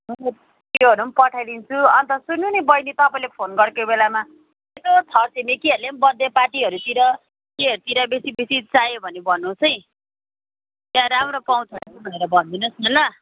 त्योहरू पनि पठाइदिन्छु अन्त सुन्नु नि बैनी तपाईँले फोन गरेको बेलामा यसो छरछिमेकीहरूले पनि बर्थडे पार्टीहरूतिर केहरूतिर बेसी बेसी चाहियो भने भन्नुहोस् है त्यहाँ राम्रो पाउँछ भनेर भनिदिनुहोस् न ल